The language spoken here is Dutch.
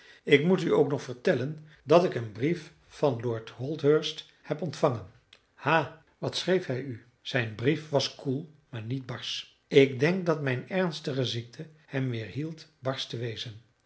ik moet u ook nog vertellen dat ik een brief van lord holdhurst heb ontvangen ha wat schreef hij u zijn brief was koel maar niet barsch ik denk dat mijn ernstige ziekte hem weerhield barsch te wezen